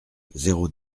zéro